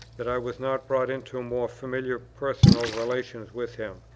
that i was not brought into more familiar personal relations with him,